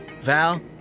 Val